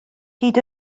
hyd